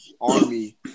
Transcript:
Army